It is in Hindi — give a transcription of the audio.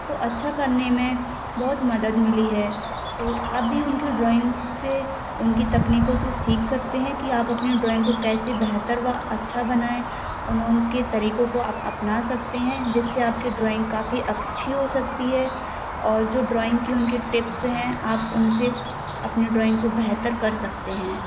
को अच्छा करने में बहुत मदद मिली है तो आप भी उनकी ड्राइंग से उनकी तकनीकों से सीख सकते हैं कि आप अपनी ड्राइंग को कैसे बेहतर व अच्छा बनाएँ उनके तरीकों को आप अपना सकते हैं जिससे आपके ड्राइंग काफी अच्छी हो सकती है और जो ड्राइंग के उनके टिप्स हैं आप उनसे अपनी ड्राइंग को बेहतर कर सकते हैं